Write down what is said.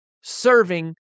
serving